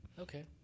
Okay